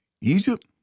Egypt